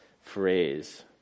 phrase